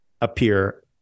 appear